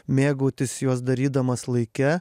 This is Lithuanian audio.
mėgautis juos darydamas laike